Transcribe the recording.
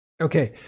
Okay